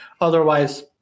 otherwise